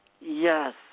Yes